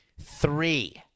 three